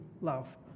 love